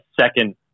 second